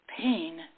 pain